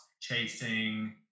chasing